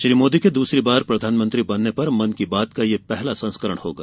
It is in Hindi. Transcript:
श्री मोदी के दूसरी बार प्रधानमंत्री बनने पर मन की बात का यह पहला संस्करण होगा